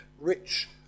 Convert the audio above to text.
rich